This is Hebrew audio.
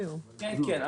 כן, כן.